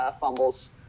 fumbles